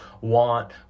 want